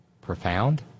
profound